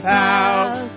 house